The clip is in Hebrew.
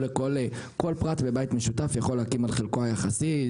או לכך שכל פרט בבית משותף יכול להקים על חלקו היחסי.